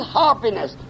happiness